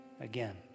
again